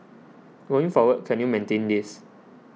going forward can you maintain this